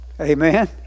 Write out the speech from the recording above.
amen